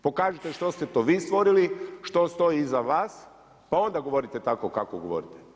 Pokažite što ste to vi stvorili, što stoji iza vas pa onda govorite tako kako govorite.